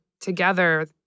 together